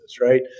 right